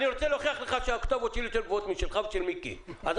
אני רוצה להוכיח לך שהאוקטבות שלי גבוהות יותר משלך ושל מיקי לוי,